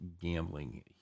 gambling